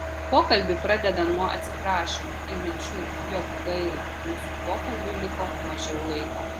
pokalbį pradeda nuo atsiprašymų ir minčių jog gaila mūsų pokalbiui liko mažiau laiko